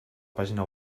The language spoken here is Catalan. pàgina